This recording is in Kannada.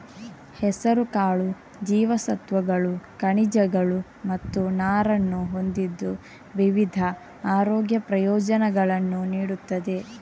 ಹೆಸರುಕಾಳು ಜೀವಸತ್ವಗಳು, ಖನಿಜಗಳು ಮತ್ತು ನಾರನ್ನು ಹೊಂದಿದ್ದು ವಿವಿಧ ಆರೋಗ್ಯ ಪ್ರಯೋಜನಗಳನ್ನು ನೀಡುತ್ತದೆ